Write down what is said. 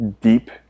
deep